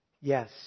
Yes